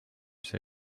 see